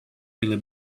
really